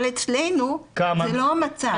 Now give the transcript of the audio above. אבל אצלנו זה לא המצב.